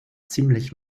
ziemlich